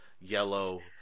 yellow